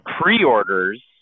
pre-orders